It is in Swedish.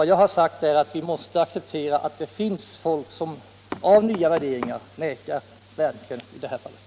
Vad jag har sagt är att vi måste acceptera att det finns folk som på grund av sina värderingar vägrar att göra värntjänst.